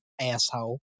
asshole